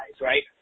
right